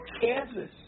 Kansas